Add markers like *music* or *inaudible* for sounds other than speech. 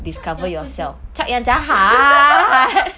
chuck siapa seh *laughs*